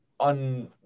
On